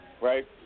right